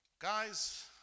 Guys